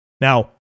Now